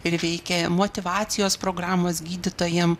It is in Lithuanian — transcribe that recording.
ir veikia motyvacijos programos gydytojam